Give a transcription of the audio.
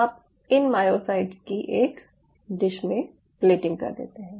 आप इन मायोसाइट्स की एक डिश में प्लेटिंग कर देते हैं